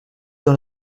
dans